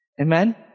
Amen